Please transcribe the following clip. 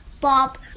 Bob